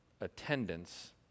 attendance